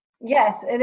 yes